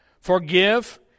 forgive